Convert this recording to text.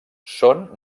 són